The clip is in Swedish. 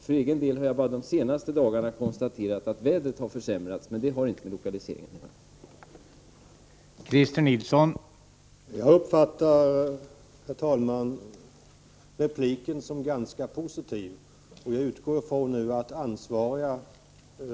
För egen del har jag bara de senaste dagarna konstaterat att vädret har försämrats — men det har inte med lokaliseringen att göra.